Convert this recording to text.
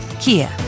Kia